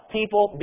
people